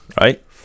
right